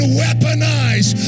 weaponize